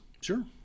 Sure